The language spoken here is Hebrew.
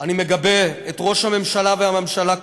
אני מגבה את ראש הממשלה והממשלה כולה.